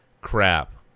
crap